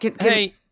Hey